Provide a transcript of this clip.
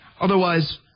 Otherwise